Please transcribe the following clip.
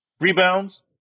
Rebounds